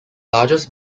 largest